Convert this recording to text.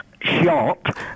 shot